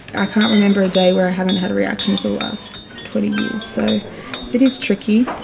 i can't remember a day where i haven't had a reaction for the last twenty years. so it is tricky,